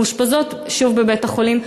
מאושפזות שוב בבית-החולים,